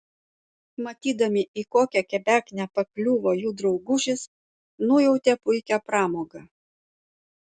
matydami į kokią kebeknę pakliuvo jų draugužis nujautė puikią pramogą